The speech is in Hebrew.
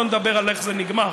לא נדבר על איך זה נגמר,